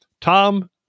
Tom